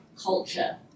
culture